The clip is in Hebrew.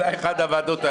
אולי אחת הוועדות האלה.